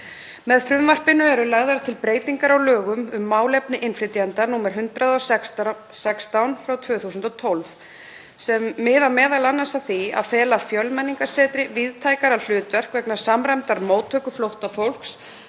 Með frumvarpinu eru lagðar til breytingar á lögum um málefni innflytjenda, nr. 116/2012, sem miða m.a. að því að fela Fjölmenningarsetri víðtækara hlutverk vegna samræmdrar móttöku flóttafólks